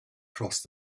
crossed